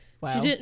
wow